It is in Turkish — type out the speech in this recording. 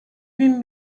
bin